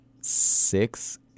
six